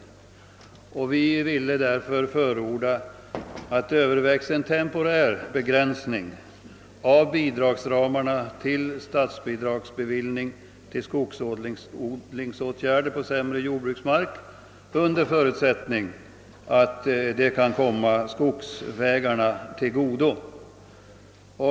Vi vill därför förorda att det övervägs en temporär begränsning av bidragsramarna till statsbidragsbevillning till skogsodlingsåtgärder på sämre jordbruksmark under förutsättning att det kan komma skogsvägarna till godo.